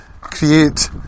create